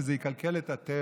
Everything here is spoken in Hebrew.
כי זה יקלקל את הטבע.